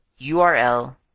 URL